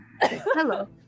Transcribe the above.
hello